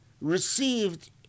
received